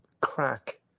crack